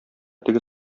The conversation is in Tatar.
теге